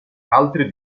altri